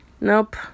Nope